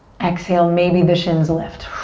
exhale, maybe the shins lift.